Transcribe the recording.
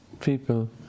people